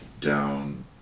down